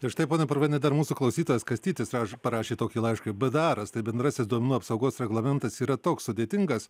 ir štai pone purvaini dar mūsų klausytojas kastytis ra parašė tokį laišką bdaras tai bendrasis duomenų apsaugos reglamentas yra toks sudėtingas